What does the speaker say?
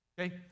Okay